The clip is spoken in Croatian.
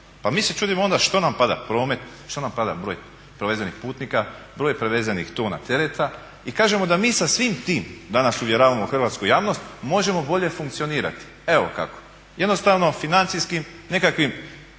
Pa mi se čudimo onda što nam pada promet, što nam pada broj prevezenih putnika, broj prevezenih tona tereta. I kažemo da mi sa svim tim, danas uvjeravamo hrvatsku javnost, možemo bolje funkcionirati. Evo kako, jednostavno financijskim nekakvim